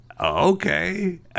Okay